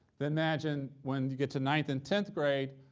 then imagine when you get to ninth and tenth grade,